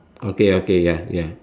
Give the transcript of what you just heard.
okay okay ya ya